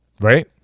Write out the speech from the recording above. right